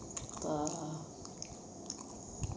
ah